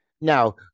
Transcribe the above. Now